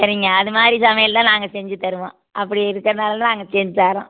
சரிங்க அது மாதிரி சமையல் தான் நாங்கள் செஞ்சுத் தருவோம் அப்படி இருக்கிறதுனால தான் நாங்கள் செஞ்சுத் தரோம்